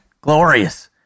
Glorious